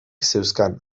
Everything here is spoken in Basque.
zeuzkan